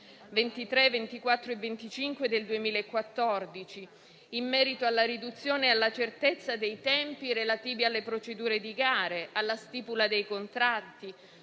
24 e la n. 25 del 2014), in merito alla riduzione e alla certezza dei tempi relativi alle procedure di gara, alla stipula dei contratti,